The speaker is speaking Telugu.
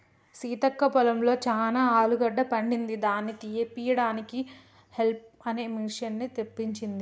సీతక్క పొలంలో చానా ఆలుగడ్డ పండింది దాని తీపియడానికి హౌల్మ్ అనే మిషిన్ని తెప్పించింది